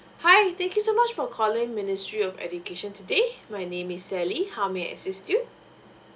hi thank you so much for calling ministry of education today my name is sally how may I assist you